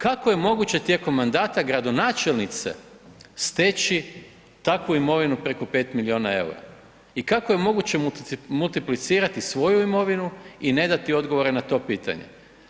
Kako je moguće tijekom mandata gradonačelnice steći takvu imovinu preko 5 milijuna eura i kako je moguće multiplicirati svoju imovinu i ne dati odgovore na to pitanje.